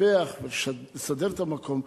לטפח ולסדר את המקום,